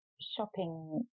shopping